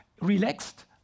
relaxed